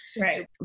Right